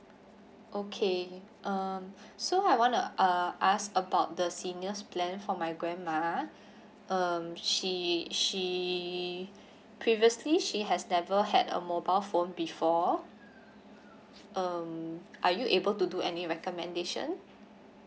okay um so I want a uh ask about the seniors plan for my grandma um she she previously she has never had a mobile phone before um are you able to do any recommendation